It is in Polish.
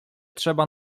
trzeba